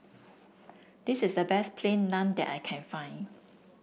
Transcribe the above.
this is the best Plain Naan that I can find